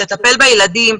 לטפל בילדים,